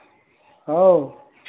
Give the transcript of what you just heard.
ହଉ